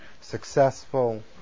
Successful